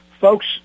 Folks